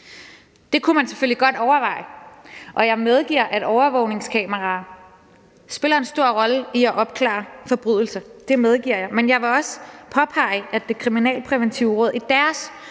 Det kunne man selvfølgelig godt overveje, og jeg medgiver, at overvågningskameraer spiller en stor rolle i at opklare forbrydelser – det medgiver jeg – men jeg vil også påpege, at Det Kriminalpræventive Råd i deres